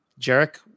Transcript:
Jarek